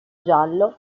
giallo